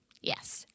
Yes